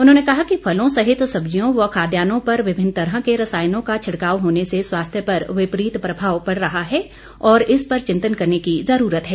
उन्होंने कहा कि फलों सहित सब्जियों व खाद्यान्नों पर विभिन्न तरह के रासायनों का छिड़काव होने से स्वास्थ्य पर विपरीत प्रभाव पड़ रहा है और इस पर चिंतन करने की जरूरत है